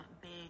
big